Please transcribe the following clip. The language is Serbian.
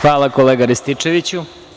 Hvala, kolega Rističeviću.